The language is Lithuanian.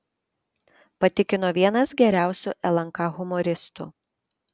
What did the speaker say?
patikino vienas geriausių lnk humoristų